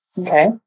Okay